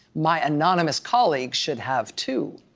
my anonymous colleague should have too.